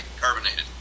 carbonated